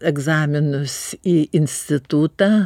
egzaminus į institutą